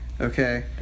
Okay